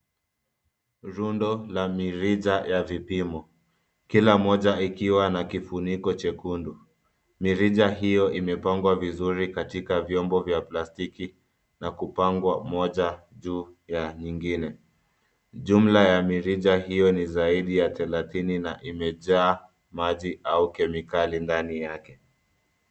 Rundo la mirija ya vipimo, kila moja ikiwa na kifuniko chekundu. Mirija hio imepangwa vizuri katika vyombo vya plastiki na kupangwa moja juu ya nyingine. Jumla ya mirija hio ni zaidi ya thelathini, na imejaa maji au kemikali ndani yake.